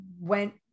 went